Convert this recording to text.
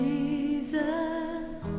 Jesus